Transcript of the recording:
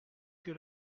que